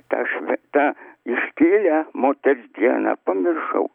tą šventę moters dieną pamiršau